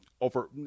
over